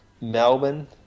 Melbourne